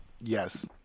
Yes